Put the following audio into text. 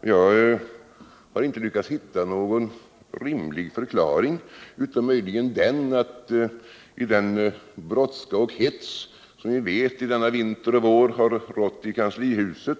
Jag har inte lyckats hitta någon rimlig förklaring utom möjligen den att propositionsförfattaren i den brådska och hets som vi vet har rått i kanslihuset